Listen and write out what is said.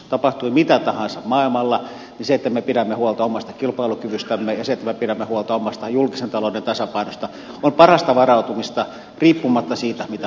tapahtui mitä tahansa maailmalla niin se että me pidämme huolta omasta kilpailukyvystämme ja se että me pidämme huolta omasta julkisen talouden tasapainosta on parasta varautumista riippumatta siitä mitä maailmalla tapahtuu